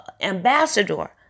ambassador